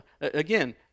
Again